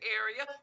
area